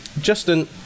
Justin